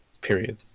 Period